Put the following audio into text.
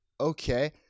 okay